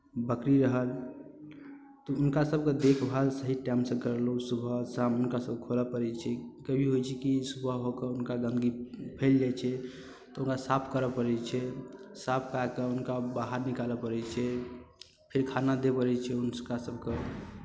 बकरी रहल तऽ हुनकासभके देखभाल सही टाइमसँ करेलहुँ सुबह शाम हुनकासभके करय पड़ै छै कहियो होइत छै कि सुबह होके हुनका गन्दगी फैल जाइत छै तऽ ओकरा साफ करय पड़ैत छै साफ कए कऽ हुनका बाहर निकालय पड़ै छै फेर खाना दिअ पड़ै छै हुनकासभके